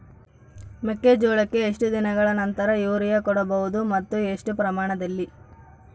ಮೆಕ್ಕೆಜೋಳಕ್ಕೆ ಎಷ್ಟು ದಿನಗಳ ನಂತರ ಯೂರಿಯಾ ಕೊಡಬಹುದು ಮತ್ತು ಎಷ್ಟು ಪ್ರಮಾಣದಲ್ಲಿ?